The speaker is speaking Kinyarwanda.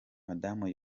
maduna